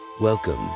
Welcome